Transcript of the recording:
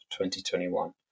2021